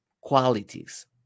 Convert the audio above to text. qualities